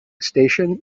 station